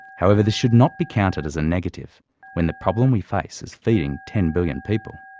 however, this should not be counted as a negative when the problem we face is feeding ten billion people!